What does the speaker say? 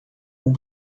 com